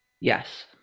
Yes